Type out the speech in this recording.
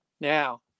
now